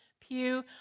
pew